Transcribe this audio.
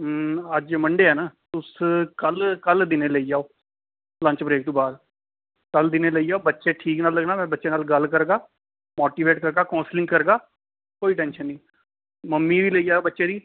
अज्ज मंडे ऐ ना तुस कल कल दिनें लेई आओ लंच ब्रेक तो बाद कल दिनें लेई आओ बच्चे ठीक न में बच्चे नाल गल्ल करगा माटीवेट करगा काउंसलिंग करगा कोई टैंशन नी मम्मी बी लेई आओ बच्चे दी